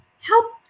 help